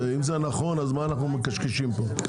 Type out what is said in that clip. אם זה נכון אז מה אנחנו מקשקשים פה?